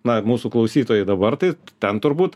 na mūsų klausytojai dabar tai ten turbūt